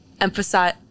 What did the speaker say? emphasize